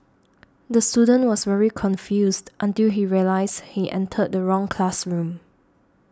the student was very confused until he realised he entered the wrong classroom